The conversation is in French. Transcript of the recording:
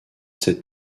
cette